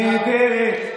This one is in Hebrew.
נהדרת,